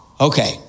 Okay